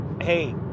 hey